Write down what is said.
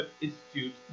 institute